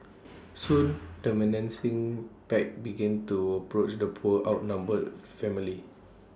soon the menacing pack began to approach the poor outnumbered family